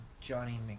Johnny